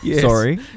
Sorry